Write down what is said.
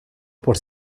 por